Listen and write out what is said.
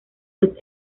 los